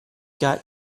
got